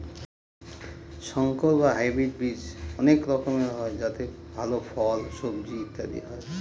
সংকর বা হাইব্রিড বীজ অনেক রকমের হয় যাতে ভাল ফল, সবজি ইত্যাদি হয়